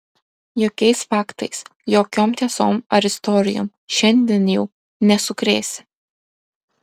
jokiais faktais jokiom tiesom ar istorijom šiandien jau nesukrėsi